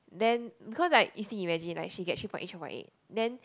then because like you see imagine like she got three point eight three point eight then